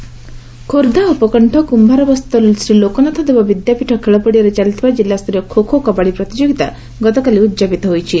କବାଡ଼ି ପ୍ରତିଯୋଗିତା ଖୋର୍ବ୍ଧା ଉପକଶ୍ବ କୁୟାରବସ୍ତ ଶ୍ରୀଲୋକନାଥ ଦେବ ବିଦ୍ୟାପୀଠ ଖେଳପଡ଼ିଆରେ ଚାଲିଥିବା ଜିଲ୍ଲାସ୍ତରୀୟ ଖୋଖୋ କବାଡ଼ି ପ୍ରତିଯୋଗିତା ଗତକାଲି ଉଦ୍ଯାପିତ ହୋଇଯାଇଛି